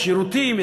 יש שירותים,